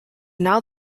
now